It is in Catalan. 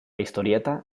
historieta